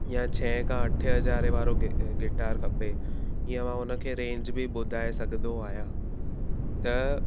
या छहें खां अठें हज़ारें वारो गि गिटार खपे इअं मां उन खे रेंज बि ॿुधाए सघंदो आहियां त